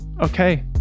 okay